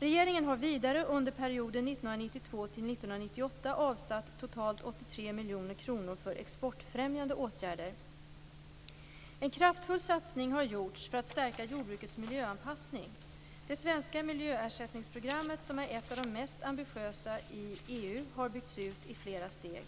Regeringen har vidare under perioden 1992-1998 avsatt totalt 83 En kraftfull satsning har gjorts för att stärka jordbrukets miljöanpassning. Det svenska miljöersättningsprogrammet, som är ett av de mest ambitiösa i EU, har byggts ut i flera steg.